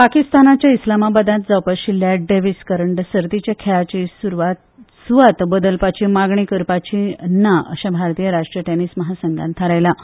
पाकिस्तानांतल्या इस्लामाबादांत जावपा आशिल्ल्या डॅव्हीस करंड सर्तीच्या खेळाची सुवात बदलपाची मागणी करप ना अशें भारतीय राष्ट्रीय टॅनीस म्हासंघान थारायलां